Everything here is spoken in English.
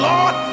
Lord